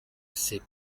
c’est